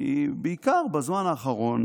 ובעיקר בזמן האחרון,